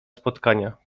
spotkania